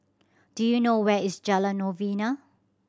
do you know where is Jalan Novena